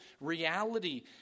reality